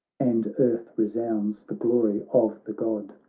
and earth resounds the glory of the god